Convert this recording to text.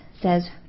says